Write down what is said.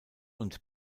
und